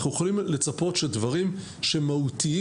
אנחנו יכולים לצפות שדברים שמהותיים